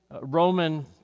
Roman